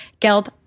gelb